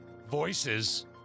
Voices